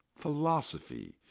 philosophy,